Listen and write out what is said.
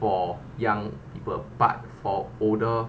for young people but for older